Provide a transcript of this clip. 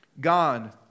God